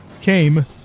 came